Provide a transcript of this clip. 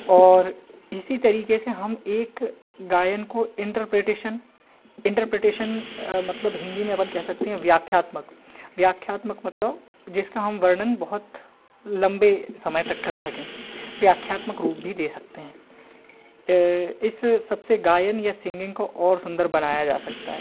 और इसी तरीके से हम एक गायन को इंटरप्रिटेशन इंटरप्रिटेशन अ मतलब हिंदी में अपन कह सकते हैं व्याख्यात्मक व्याख्यात्मक मतलब जिसका हम वर्णन बहुत लम्बे समय तक कर सकें व्याख्यात्मक रूप भी दे सकते हैं इस सबसे गायन या सिंगिंग को और सुंदर बनाया जा सकता है